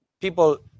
people